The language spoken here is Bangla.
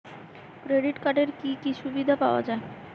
ক্রেডিট কার্ডের কি কি সুবিধা পাওয়া যায়?